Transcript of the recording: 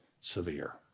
severe